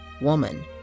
woman